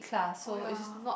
oh ya